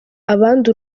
abandi